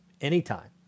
anytime